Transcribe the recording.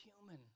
human